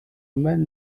man